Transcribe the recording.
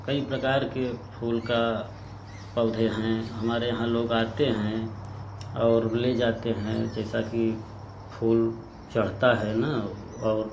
कई प्रकार के फूल का पौधे हैं हमारे यहाँ लोग आते हैं और ले जाते हैं जैसा कि फूल चढ़ता है ना और